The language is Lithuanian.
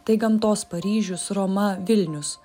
tai gamtos paryžius roma vilnius